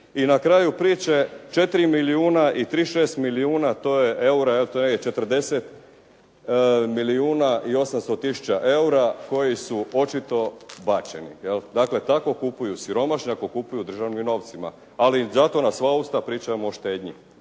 I na kraju priče 4 milijuna i 36 milijuna eura, to je 40 milijuna i 800 tisuća eura koji su očito bačeni. Dakle tako kupuju siromašni ako kupuju državnim novcima. Ali zato na sva usta pričamo o štednji